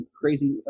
crazy